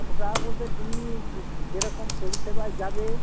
কতোটা বলতে তুমি যে যেরকম পরিষেবা যাবে